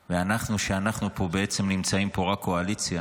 ואנחנו, שנמצאים פה בעצם רק קואליציה,